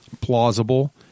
plausible